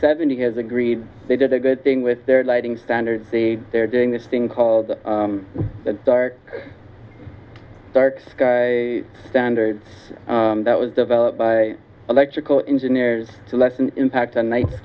seventy has agreed they did a good thing with their lighting standards they're doing this thing called the dark dark sky standard that was developed by electrical engineers to lessen the impact on ni